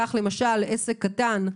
כך למשל, עסק קטן,